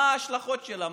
מה ההשלכות שלה?